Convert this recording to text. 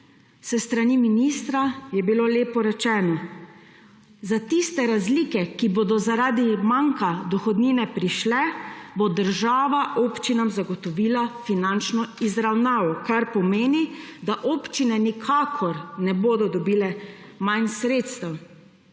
S strani ministra je bilo lepo rečeno za tiste razlike, ki bodo zaradi manka dohodnine prišle, bo država občinam zagotovila finančno izravnavo, kar pomeni, da občine nikakor ne bodo dobile manj sredstev.